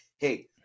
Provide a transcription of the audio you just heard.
hey